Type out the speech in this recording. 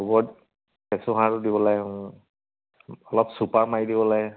গোবৰত কেঁচু সাৰটো দিব লাগিব অলপ চুপাৰ মাৰি দিব লাগে